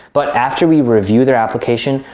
but after we review their application,